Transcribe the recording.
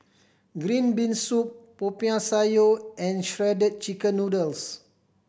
green bean soup Popiah Sayur and Shredded Chicken Noodles